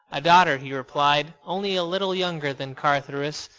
a daughter, he replied, only a little younger than carthoris,